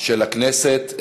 של הכנסת.